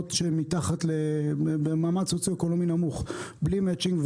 במוסדות שהם במעמד סוציואקונומי נמוך, בלי מצ'ינג.